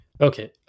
Okay